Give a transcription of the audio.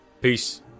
Peace